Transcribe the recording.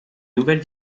nouvelle